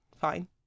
fine